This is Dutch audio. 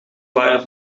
waren